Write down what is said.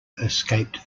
escaped